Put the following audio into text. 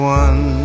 one